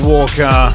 Walker